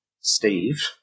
Steve